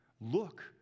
Look